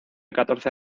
catorce